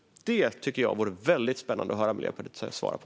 Det tycker jag vore väldigt spännande att höra Miljöpartiets svar på.